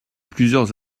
plusieurs